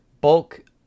Bulk